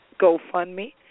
GoFundMe